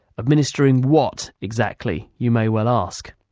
administrating what exactly, you may well ask!